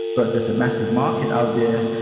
but there's a massive market out there.